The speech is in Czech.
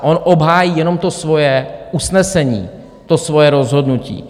On obhájí jenom svoje usnesení, svoje rozhodnutí.